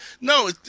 No